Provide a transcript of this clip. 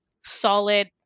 solid